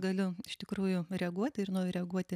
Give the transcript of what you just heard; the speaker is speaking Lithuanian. galiu iš tikrųjų reaguoti ir reaguoti